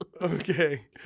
Okay